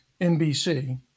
NBC